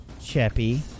Cheppy